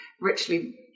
richly